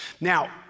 Now